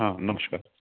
हा नमशकार